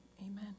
amen